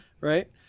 Right